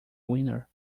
winner